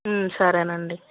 సరేనండి